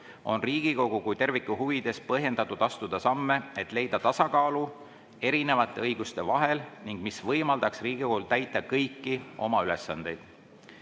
on Riigikogu kui terviku huvides põhjendatud astuda samme, et leida tasakaal erinevate õiguste vahel, mis võimaldaks Riigikogul täita kõiki oma ülesandeid. Riigikogu